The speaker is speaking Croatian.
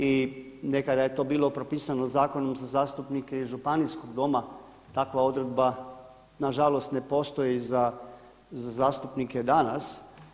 I nekada je to bilo propisano Zakonom za zastupnike iz Županijskog doma, takva odredba nažalost ne postoji za zastupnike danas.